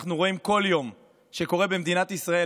שאנו רואים כל יום שקורה במדינת ישראל